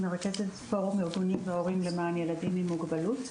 מרכז פורום לארגונים והורים למען ילדים עם מוגבלות,